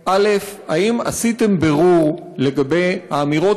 1. האם עשיתם בירור לגבי האמירות